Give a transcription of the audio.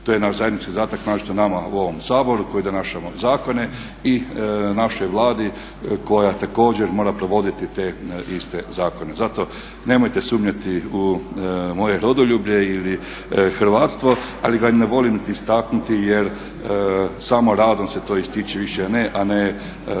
To je naš zadatak naročito nama u ovom Saboru koji donašamo zakone i našoj Vladi koja također mora provoditi te iste zakone. Zato nemojte sumnjati u moje rodoljublje ili hrvatstvo, ali ne volim ga niti istaknuti jer samo radom se to ističe, više ne, a ne držanjem